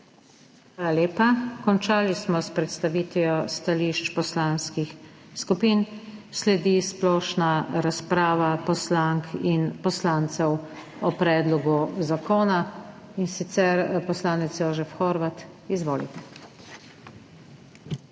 lepa. Končali smo s predstavitvijo stališč poslanskih skupin. Sledi splošna razprava poslank in poslancev o predlogu zakona, in sicer poslanec Jožef Horvat. Izvolite.